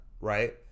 Right